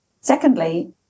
Secondly